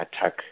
attack